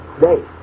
day